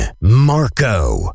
Marco